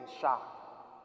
shock